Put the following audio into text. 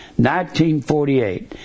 1948